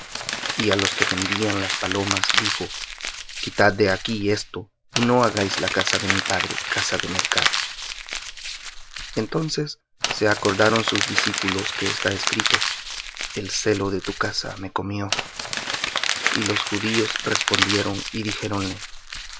á los que vendían las palomas dijo quitad de aquí esto y no hagáis la casa de mi padre casa de mercado entonces se acordaron sus discípulos que está escrito el celo de tu casa me comió y los judíos respondieron y dijéronle